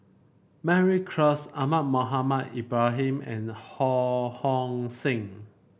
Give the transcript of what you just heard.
Mary Klass Ahmad Mohamed Ibrahim and Ho Hong Sing